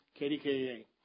KDKA